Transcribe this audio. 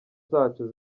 zacu